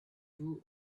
two